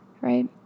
right